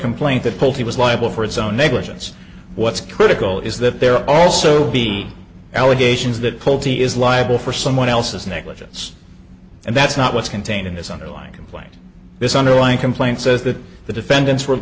complaint that pulte was liable for its own negligence what's critical is that there also be allegations that pulte is liable for someone else's negligence and that's not what's contained in this underlying complaint this underlying complaint says that the defendants were